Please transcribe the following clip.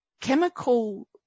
chemical